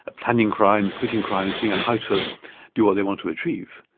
ah planning crimes, quitting crimes, seeing how to do what they want to achieve.